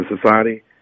society